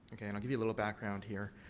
okay? and, i'll give you a little background here.